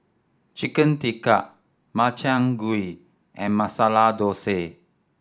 Chicken Tikka Makchang Gui and Masala Dosa